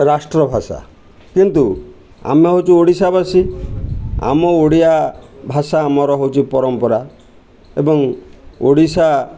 ରାଷ୍ଟ୍ରଭାଷା କିନ୍ତୁ ଆମେ ହେଉଛୁ ଓଡ଼ିଶାବାସୀ ଆମ ଓଡ଼ିଆଭାଷା ଆମର ହେଉଛି ପରମ୍ପରା ଏବଂ ଓଡ଼ିଶା